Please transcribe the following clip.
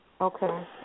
Okay